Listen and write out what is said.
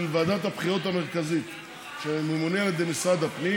ועדת הבחירות המרכזית שממונה על ידי משרד הפנים.